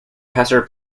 pasir